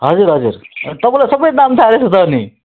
हुजर हजुर तपाईँलाई सबै दाम थाहा रहेछ त अनि